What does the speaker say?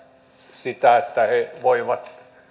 sitä että he voivat